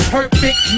Perfect